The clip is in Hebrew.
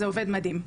זה עובד מדהים.